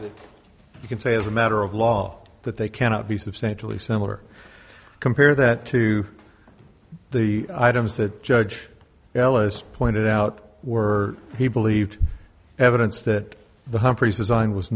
way you can say as a matter of law that they cannot be substantially similar compare that to the items that judge ellis pointed out were he believed evidence that the humphrey's design was